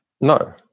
No